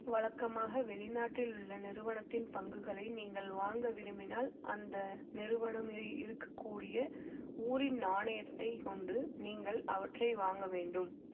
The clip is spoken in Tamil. வழக்கமாக வெளிநாட்டில் உள்ள நிறுவனத்தின் பங்குகளை நீங்கள் வாங்க விரும்பினால் அந்த நிறுவனம் இருக்கக்கூடிய ஊரின் நாணயத்தைக் கொண்டு நீங்கள் அவற்றை வாங்க வேண்டும்